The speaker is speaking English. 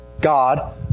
God